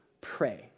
pray